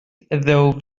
though